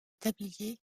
tablier